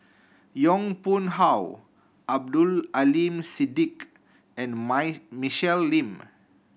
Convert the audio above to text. Yong Pung How Abdul Aleem Siddique and Michelle Lim